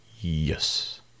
Yes